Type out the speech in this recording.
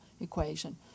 equation